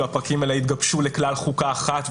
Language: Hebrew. הפרקים האלה יתגבשו לכלל חוקה אחת,